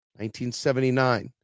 1979